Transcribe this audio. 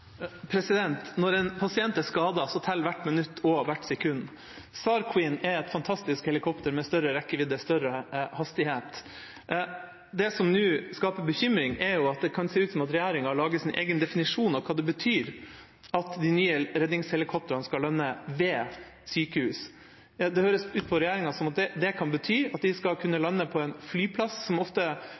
Når en pasient er skadet, teller hvert minutt og hvert sekund. SAR Queen er et fantastisk helikopter med større rekkevidde og større hastighet. Det som nå skaper bekymring, er at det kan se ut som om regjeringa har laget sin egen definisjon av hva det betyr at de nye redningshelikoptrene skal lande ved sykehus. Det høres ut på regjeringa som at det kan bety at de skal kunne lande på en flyplass, som ofte